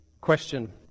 question